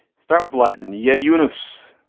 start with latin. yeah eunice.